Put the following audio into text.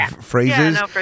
phrases